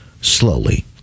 slowly